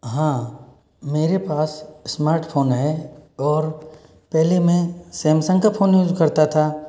हाँ मेरे पास स्मार्टफोन है और पहले मैं सैमसंग का फोन यूज करता था